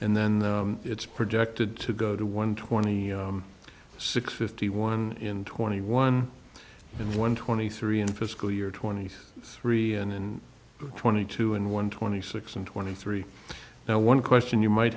and then it's projected to go to one twenty six fifty one in twenty one and one twenty three in fiscal year twenty three and twenty two and one twenty six and twenty three now one question you might